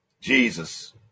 jesus